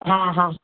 हा हा